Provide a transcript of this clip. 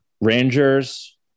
Rangers